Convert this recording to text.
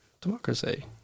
democracy